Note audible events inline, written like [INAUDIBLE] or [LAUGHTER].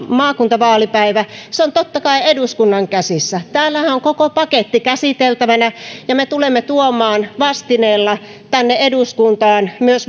maakuntavaalipäivä on totta kai eduskunnan käsissä täällähän on koko paketti käsiteltävänä ja me tulemme tuomaan vastineella tänne eduskuntaan myös [UNINTELLIGIBLE]